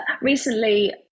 recently